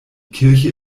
kirche